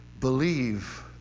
believe